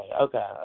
Okay